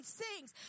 sings